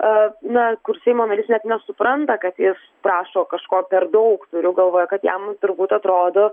a na kur seimo narys net nesupranta kad jis prašo kažko per daug turiu galvoje kad jam turbūt atrodo